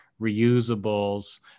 reusables